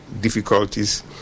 difficulties